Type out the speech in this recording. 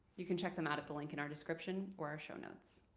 you can check them out at the link in our description or our show notes.